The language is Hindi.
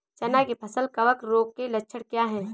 चना की फसल कवक रोग के लक्षण क्या है?